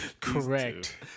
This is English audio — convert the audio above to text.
correct